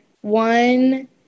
one